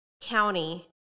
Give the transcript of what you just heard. county